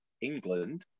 England